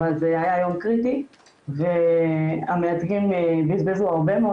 אבל זה היה יום קריטי והמייצגים בזבזו הרבה מאוד